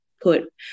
put